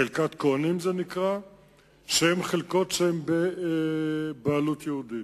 חלקת כוהנים זה נקרא, חלקות שהן בבעלות יהודית,